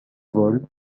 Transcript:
vole